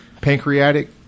pancreatic